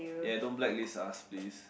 ya don't blacklist us please